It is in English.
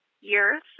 years